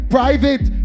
Private